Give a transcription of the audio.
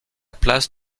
place